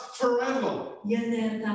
forever